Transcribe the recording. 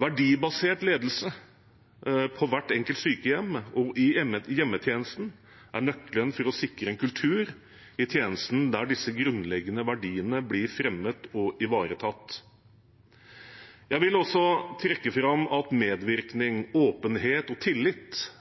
Verdibasert ledelse på hvert enkelt sykehjem og i hjemmetjenesten er nøkkelen for å sikre en kultur i tjenesten der disse grunnleggende verdiene blir fremmet og ivaretatt. Jeg vil også trekke fram at medvirkning, åpenhet og tillit